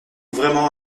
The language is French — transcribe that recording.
vraiment